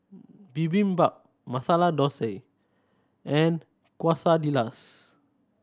Bibimbap Masala Dosa and Quesadillas